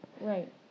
Right